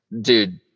dude